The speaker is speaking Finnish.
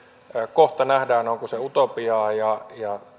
kohta nähdään onko se utopiaa ja